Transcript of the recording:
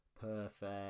Perfect